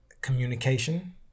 communication